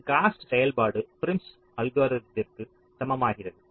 இதன் காஸ்ட் செயல்பாடு ப்ரிம்ஸ் அல்கோரிதத்திற்க்கு Prim's algorithm சமமாகிறது